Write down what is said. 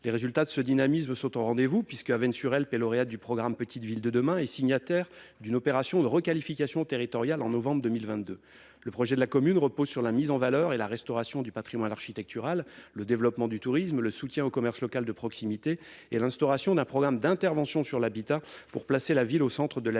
Les résultats de ce dynamisme sont au rendez-vous, puisque la ville d'Avesnes-sur-Helpe est lauréate du programme Petites villes de demain et signataire, en novembre 2022, d'une opération de requalification territoriale. Le projet de la commune repose sur la mise en valeur et la restauration du patrimoine architectural, le développement du tourisme, le soutien au commerce local de proximité et l'instauration d'un programme d'intervention sur l'habitat, pour placer la ville au centre de la